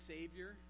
Savior